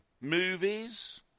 Movies